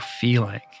feeling